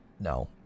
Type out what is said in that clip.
No